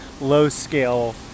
low-scale